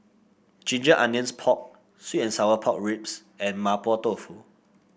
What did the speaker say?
Ginger Onions Pork sweet and Sour Pork Ribs and Mapo Tofu